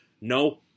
No